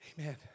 Amen